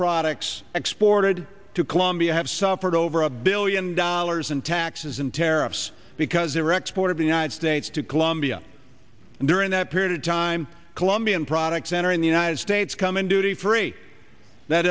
products exported to colombia have suffered over a billion dollars in taxes and tariffs because iraq support of the united states to colombia and during that period of time colombian products entering the united states come in duty free that